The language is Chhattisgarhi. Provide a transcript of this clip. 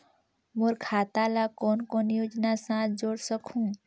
मोर खाता ला कौन कौन योजना साथ जोड़ सकहुं?